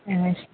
ஆ